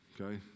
Okay